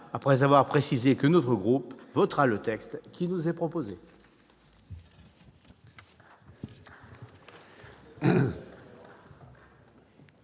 sans avoir précisé que notre groupe votera le texte qui nous est proposé.